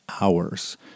hours